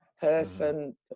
person